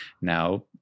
now